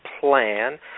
plan